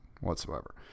whatsoever